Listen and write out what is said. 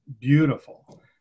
beautiful